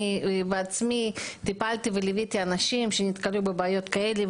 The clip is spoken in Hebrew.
אני בעצמי ליוויתי וטיפלתי באנשים שנתקלו בבעיות כאלה,